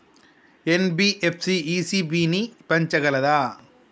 NBFC ECB ని పెంచగలదా?